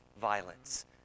violence